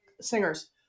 singers